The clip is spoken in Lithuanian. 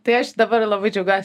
tai aš dabar labai džiaugiuos